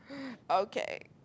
okay